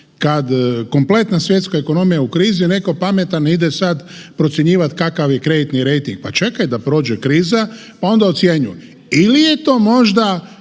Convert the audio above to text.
kad kompletna svjetska ekonomija je u krizi netko pametan ide sad procjenjivat kakav je kreditni rejting. Pa čekaj da prođe kriza, onda ocjenjuj. Ili je to možda